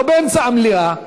לא באמצע המליאה.